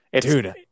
Dude